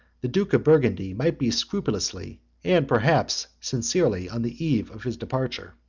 the duke of burgundy might be scrupulously, and perhaps sincerely, on the eve of his departure.